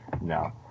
No